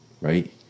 Right